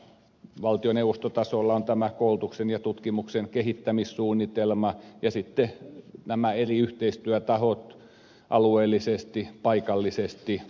valtioneuvostotasolla on tämä koulutuksen ja tutkimuksen kehittämissuunnitelma ja sitten nämä eri yhteistyötahot alueellisesti ja paikallisesti